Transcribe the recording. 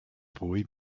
boy